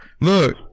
Look